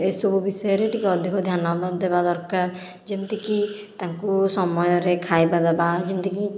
ଏସବୁ ବିଷୟରେ ଟିକେ ଅଧିକ ଧ୍ୟାନ ଦେବା ଦରକାର ଯେମତିକି ତାଙ୍କୁ ସମୟରେ ଖାଇବା ଦେବା ଯେମତିକି